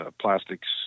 plastics